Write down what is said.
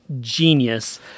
genius